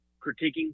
critiquing